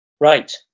Right